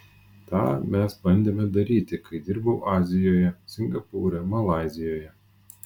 tą mes bandėme daryti kai dirbau azijoje singapūre malaizijoje